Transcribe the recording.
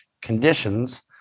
conditions